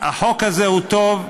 החוק הזה הוא טוב,